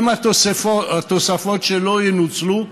עם התוספות שלא ינוצלו,